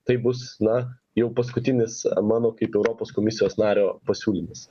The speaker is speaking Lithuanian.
taip bus na jau paskutinis mano kaip europos komisijos nario pasiūlymas